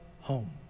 home